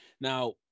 Now